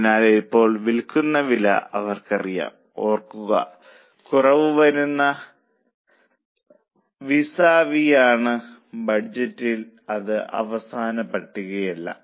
അതിനാൽ ഇപ്പോൾ വിൽക്കുന്ന വില അവർക്കറിയാം ഓർക്കുക കുറവ് വരുന്ന വിസ വി ആണ് ബഡ്ജറ്റ് അത് അവസാന കൊളമല്ല